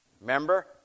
Remember